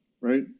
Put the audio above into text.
right